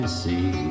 see